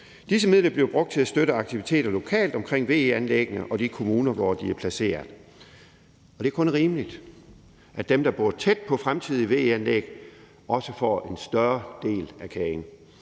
Disse midler bliver brugt til at støtte aktiviteter lokalt omkring VE-anlæggene i de kommuner, hvor de er placeret. Det er kun rimeligt, at dem, der bor tæt på fremtidige VE-anlæg, også får en større del af kagen.